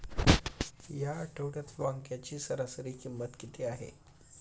या आठवड्यात वांग्याची सरासरी किंमत किती आहे?